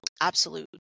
absolute